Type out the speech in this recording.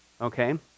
Okay